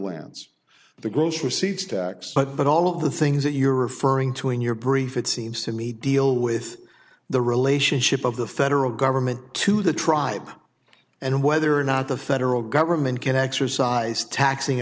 lands the gross receipts tax but all of the things that you're referring to in your brief it seems to me deal with the relationship of the federal government to the tribe and whether or not the federal government can exercise taxing